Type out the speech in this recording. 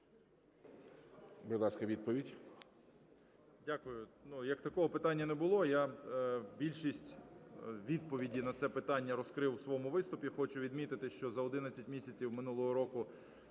Будь ласка, відповідь.